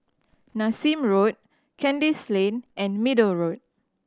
Nassim Road Kandis Lane and Middle Road